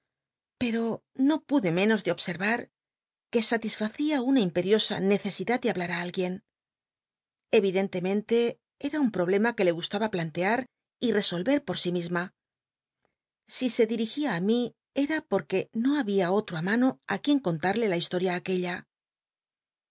pero no pude menos de obscrrar que satisfacia una imperiosa necesidad de hablar a alguien eridcnlemen te era un problema que le gustaba plantear y i'csohe por si misma si se dirigia i mi cm porque no babia oto mano á quien cont al'lc la historia aquella